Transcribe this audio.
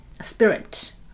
Spirit